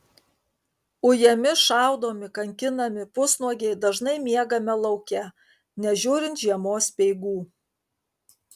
ujami šaudomi kankinami pusnuogiai dažnai miegame lauke nežiūrint žiemos speigų